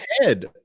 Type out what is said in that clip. head